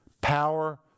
power